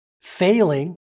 failing